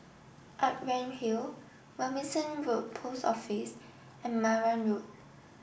Outram Hill Robinson Road Post Office and Marang Road